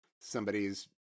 somebody's